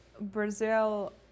Brazil